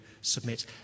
submit